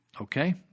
okay